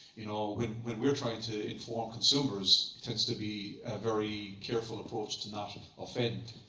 you know when when we're trying to inform consumers, it tends to be a very careful approach to not offend.